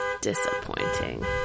Disappointing